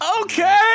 okay